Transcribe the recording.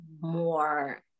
more